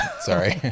sorry